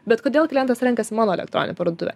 bet kodėl klientas renkasi mano elektroninę parduotuvę